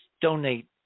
donate